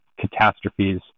catastrophes